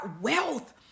wealth